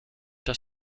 das